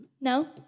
No